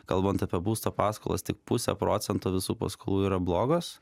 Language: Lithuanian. kalbant apie būsto paskolas tik pusė procento visų paskolų yra blogos